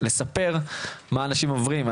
לספר מה אנשים עוברים.